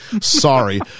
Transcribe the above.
sorry